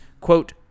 quote